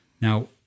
Now